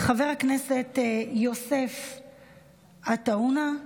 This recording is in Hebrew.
חבר הכנסת יוסף עטאונה,